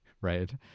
Right